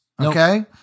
okay